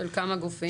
של כמה גופים?